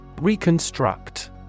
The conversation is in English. Reconstruct